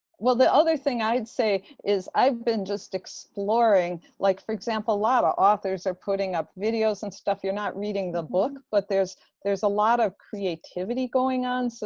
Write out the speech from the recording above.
well, the other thing i'd say, is i've been just exploring, like for example, a lot of authors are putting up videos and stuff. you're not reading the book, but there's there's a lot of creativity going on. so